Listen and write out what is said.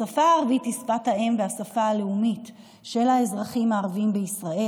השפה הערבית היא שפת האם והשפה הלאומית של האזרחים הערבים בישראל.